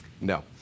No